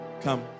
Come